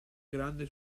grande